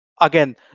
Again